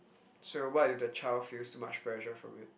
so what if the child feels much pressure from it